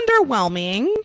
underwhelming